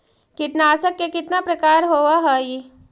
कीटनाशक के कितना प्रकार होव हइ?